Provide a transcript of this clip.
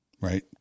Right